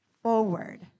forward